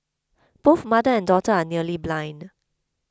both mother and daughter are nearly blind